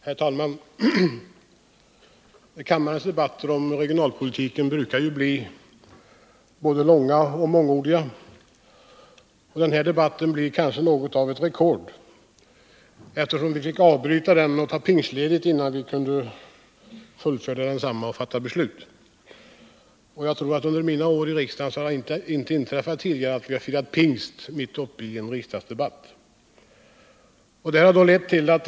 Herr talman! Kammarens debatter om regionalpolitiken brukar ju bli både långa och mångordiga. Den här debatten blir kanske något av ett rekord, eftersom vi fick avbryta den och ta pingstledigt innan den kunde fullföljas och vi kunde fatta beslut. Under mina år här i riksdagen tror jag inte att det har inträffat tidigare att man har firat pingst mitt uppe i en riksdagsdebatt.